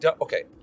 okay